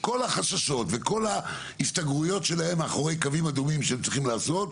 כל החששות וכל ההסתגרויות שלהם מאחורי קווים אדומים שהם צריכים לעשות,